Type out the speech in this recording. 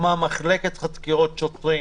לא שצעקו על שוטרים,